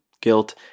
guilt